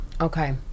okay